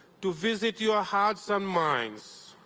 to visit your hearts and minds,